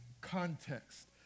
context